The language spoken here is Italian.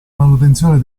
manutenzione